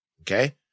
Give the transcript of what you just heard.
Okay